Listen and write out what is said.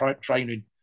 training